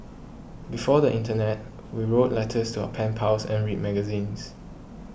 before the internet we wrote letters to our pen pals and read magazines